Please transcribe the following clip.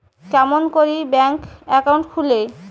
কেমন করি bank account খুলে?